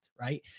right